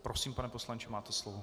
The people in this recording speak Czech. Prosím, pane poslanče, máte slovo.